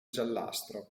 giallastro